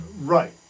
Right